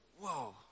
Whoa